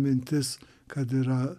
mintis kad yra